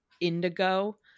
indigo